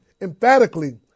emphatically